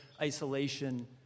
isolation